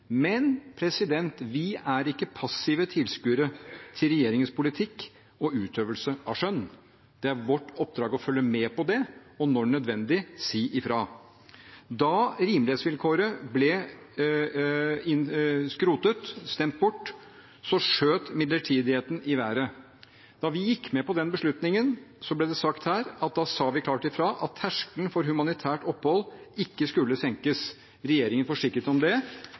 Men – vi er ikke passive tilskuere til regjeringens politikk og utøvelse av skjønn. Det er vårt oppdrag å følge med på det, og når nødvendig si ifra. Da rimelighetsvilkåret ble skrotet, stemt bort, skjøt midlertidigheten i været. Da vi gikk med på den beslutningen, ble det sagt her at da sa vi klart ifra at terskelen for humanitært opphold ikke skulle senkes. Regjeringen forsikret om det.